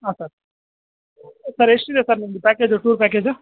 ಹಾಂ sir sir ಎಷ್ಟಿದೆ sir ನಿಮ್ಮದು ಪ್ಯಾಕೇಜು ಟೂರ್ ಪ್ಯಾಕೇಜು